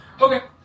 Okay